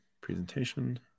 presentation